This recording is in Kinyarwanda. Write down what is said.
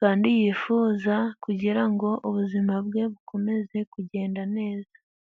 kandi yifuza, kugira ngo ubuzima bwe bukomeze kugenda neza.